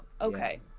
Okay